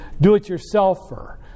do-it-yourselfer